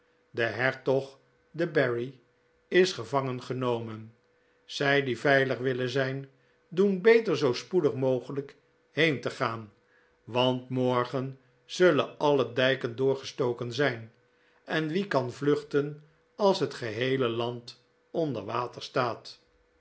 de hertog de berri is gevangen genomen zij die veilig willen zijn doen beter zoo spoedig mogelijk heen te gaan want morgen zullen alle dijken doorgestoken zijn en wie kan vluchten als het geheele land onder water staat